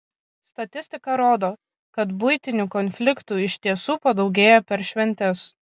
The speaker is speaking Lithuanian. statistika rodo kad buitinių konfliktų iš tiesų padaugėja per šventes